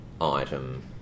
item